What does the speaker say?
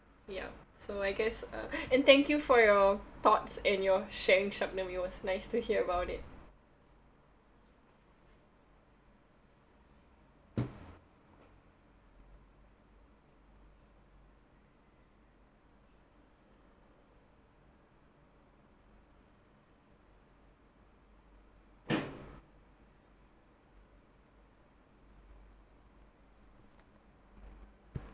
ya so I guess uh and thank you for your thoughts and your sharing it was nice to hear about it